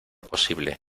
posible